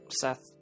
Seth